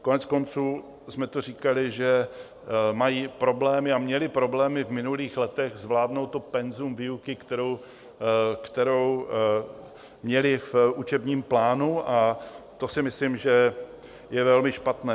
Koneckonců jsme říkali, že mají problémy a měly problémy v minulých letech zvládnout to penzum výuky, kterou měly v učebním plánu, a to si myslím, že je velmi špatné.